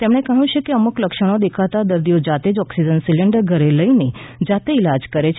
તેમણે કહ્યું છે કે અમુક લક્ષણો દેખાતા દર્દીઓ જાતે જ ઑક્સિજન સિલિન્ડર ઘરે લઈને જાતે ઈલાજ કરે છે